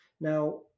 Now